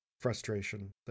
frustration